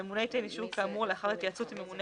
הממונה ייתן אישור כאמור לאחר התייעצות עם ממונה